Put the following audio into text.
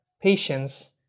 patience